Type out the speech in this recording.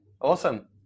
Awesome